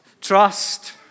Trust